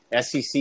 SEC